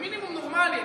במינימום נורמלי,